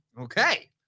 Okay